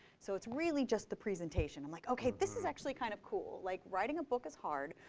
so it's really just the presentation. i'm like, ok, this is actually kind of cool. like writing a book is hard,